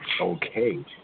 okay